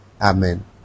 amen